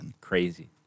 Crazy